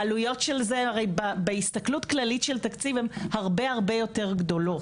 והעלויות של זה הרי בהסתכלות כללית של תקציבים הרבה הרבה יותר גדולות.